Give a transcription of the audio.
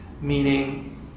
meaning